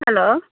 hello